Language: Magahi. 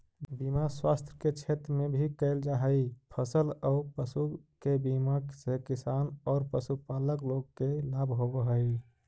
बीमा स्वास्थ्य के क्षेत्र में भी कैल जा हई, फसल औ पशु के बीमा से किसान औ पशुपालक लोग के लाभ होवऽ हई